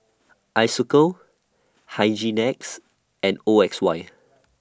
Isocal Hygin X and O X Y